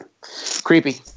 creepy